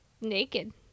Naked